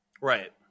Right